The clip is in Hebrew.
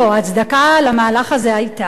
ההצדקה למהלך הזה היתה,